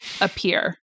appear